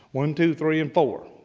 one, two, three, and four,